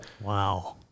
Wow